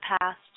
past